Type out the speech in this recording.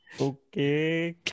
Okay